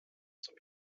zum